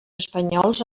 espanyols